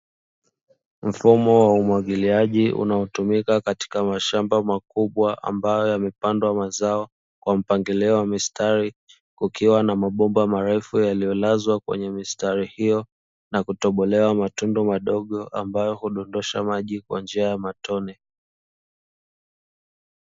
Mfumo wa umwagiliaji, unaotumika katika mashamba makubwa ambayo yamepandwa mazao kwa mpangilio wa mistari, kukiwa na mabomba marefu yaliyolazwa kwenye mistari hiyo na kutobolewa matundu madogo ambayo hudondosha maji kwa njia ya matone.